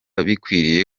bikwiriye